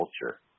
culture